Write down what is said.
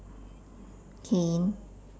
K